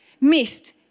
missed